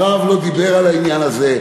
הרב לא דיבר על העניין הזה.